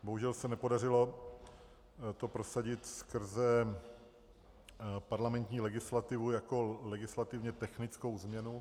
Bohužel se to nepodařilo prosadit skrze parlamentní legislativu jako legislativně technickou změnu.